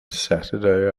saturday